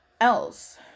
else